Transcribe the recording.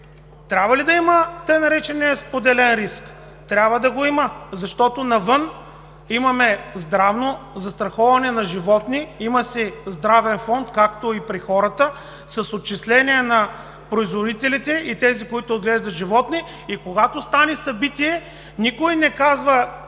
Трябва ли да го има така наречения споделен риск? Трябва да го има, защото навън има здравно застраховане на животните, има си Здравен фонд, както и при хората – с отчисления на производителите и тези, които отглеждат животни, и когато стане събитие, никой не казва